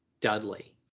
Dudley